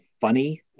funny